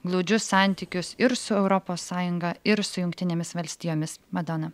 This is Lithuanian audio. glaudžius santykius ir su europos sąjunga ir su jungtinėmis valstijomis madona